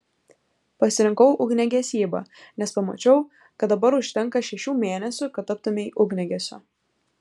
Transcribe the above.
pasirinkau ugniagesybą nes pamačiau kad dabar užtenka šešių mėnesių kad taptumei ugniagesiu